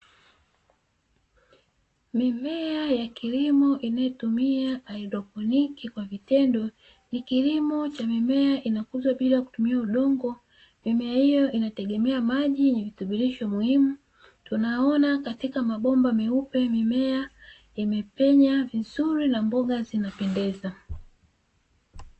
Mimea ya kilimo inayotumia haidroponi kwa vitendo. Ni kilimo cha mimea inakuzwa bila kutumia udongo. Mimea hiyo Inategemea maji yenye virutubisho muhimu, tunaona katika mabomba meupe mimea imepenya vizuri na mboga zinapendeza.